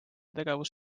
tegevus